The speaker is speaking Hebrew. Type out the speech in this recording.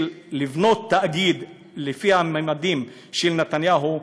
של לבנות תאגיד לפי הממדים של נתניהו,